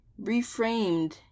reframed